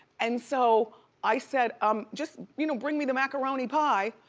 and so i said, um just you know bring me the macaroni pie.